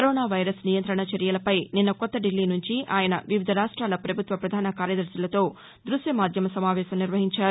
corona virus నియంత్రణ చర్యలపై నిన్న కొత్త దిల్లీ నుంచి ఆయన వివిధ రాష్టాల పభుత్వ పధాన కార్యదర్శులతో దృశ్యమాధ్యమ సమావేశం నిర్వహించారు